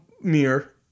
mirror